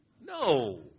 No